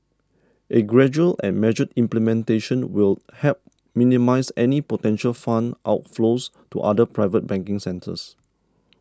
a gradual and measured implementation will help minimise any potential fund outflows to other private banking centres